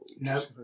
Nope